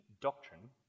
doctrine